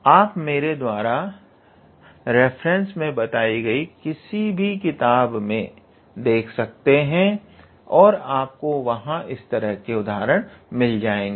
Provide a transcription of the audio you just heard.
आप मेरे द्वारा रेफरेंसेस मैं बताई गई कोई भी किताब देख सकते हैं और आपको वहां इस तरह के उदाहरण मिल जाएंगे